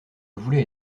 voulais